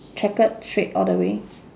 checkered straight all the way